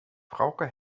frauke